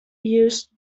use